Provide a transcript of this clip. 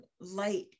light